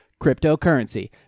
cryptocurrency